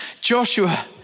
Joshua